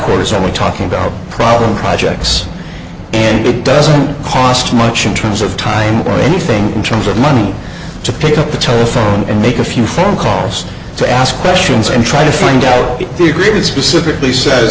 someone talking about a problem projects and it doesn't cost much in terms of time anything in terms of money to pick up the telephone and make a few phone calls to ask questions and try to find the agreement specifically sa